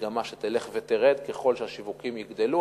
במגמה שתלך ותרד ככל שהשיווקים יגדלו.